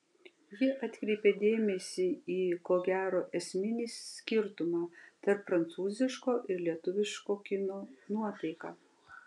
ji atkreipė dėmesį į ko gero esminį skirtumą tarp prancūziško ir lietuviško kino nuotaiką